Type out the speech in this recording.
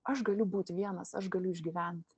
aš galiu būt vienas aš galiu išgyvent